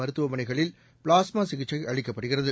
மருத்துவமனைகளில் பிளாஸ்மா சிகிச்சை அளிக்கப்படுகிறது